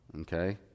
Okay